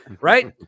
right